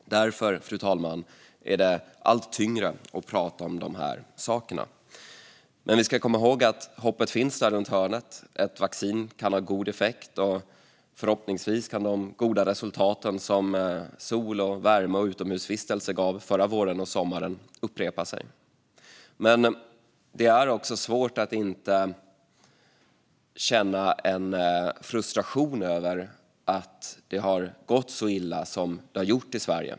Därför är det, fru talman, allt tyngre att tala om dessa saker. Men vi ska komma ihåg att hoppet finns runt hörnet. Ett vaccin kan ha god effekt. Och förhoppningsvis kan de goda resultat som sol, värme och utomhusvistelse gav förra våren och sommaren upprepas. Men det är också svårt att inte känna en frustration över att det har gått så illa som det har gjort i Sverige.